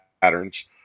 Patterns